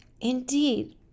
Indeed